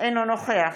אינו נוכח